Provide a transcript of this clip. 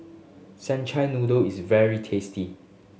senchuai noodle is very tasty